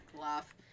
laugh